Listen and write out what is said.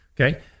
okay